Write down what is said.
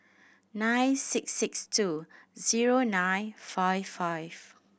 nine six six two zero nine five five